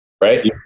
right